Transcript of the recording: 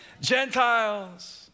Gentiles